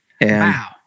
Wow